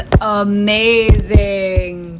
amazing